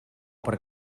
per